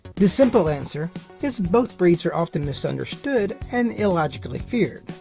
the simple answer is both breeds are often misunderstood and illogically feared.